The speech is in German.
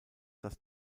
das